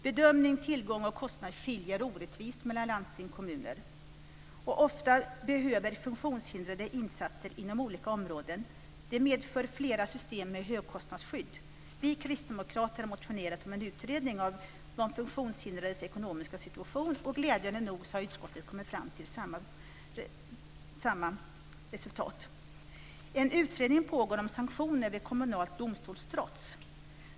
Bedömning, tillgång och kostnad skiljer orättvist mellan landsting eller mellan kommuner. Ofta behöver funktionshindrade insatser inom olika områden. Det medför flera system med högkostnadsskydd. Vi kristdemokrater har motionerat om en utredning av de funktionshindrades ekonomiska situation. Glädjande nog har utskottet kommit till samma resultat. En utredning pågår om sanktioner vid kommunalt domstolstrots.